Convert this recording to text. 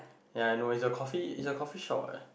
ya I know it's a coffee it's a coffee shop what